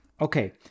Okay